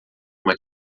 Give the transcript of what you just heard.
uma